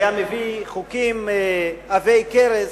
היה מביא חוקים עבי כרס.